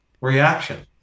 reaction